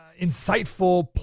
insightful